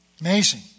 Amazing